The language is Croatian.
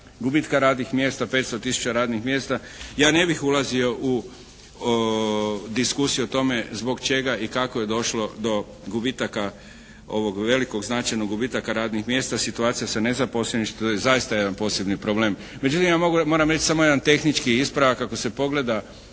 gubitka radnih mjesta 500 000 radnih mjesta. Ja ne bih ulazio u diskusiju o tome zbog čega i kako je došlo do gubitaka ovog velikog značajnog gubitaka radnih mjesta. Situacija sa nezaposlenošću. To je zaista jedan posebni problem. Međutim, ja moram reći samo jedan tehnički ispravak ako se pogleda